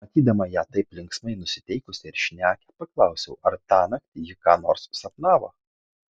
matydama ją taip linksmai nusiteikusią ir šnekią paklausiau ar tąnakt ji ką nors sapnavo